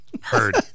Heard